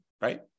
Right